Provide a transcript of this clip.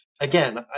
again